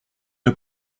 nos